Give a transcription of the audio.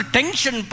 Tension